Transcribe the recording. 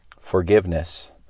forgiveness